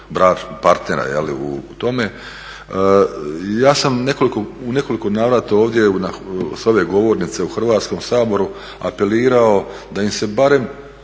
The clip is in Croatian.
partnera u tome. Ja sam u nekoliko navrata ovdje sa ove govornice u Hrvatskom saboru apelirao da im se barem